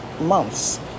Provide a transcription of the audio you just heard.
months